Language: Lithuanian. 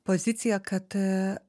pozicija kad